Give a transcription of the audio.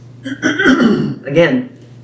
Again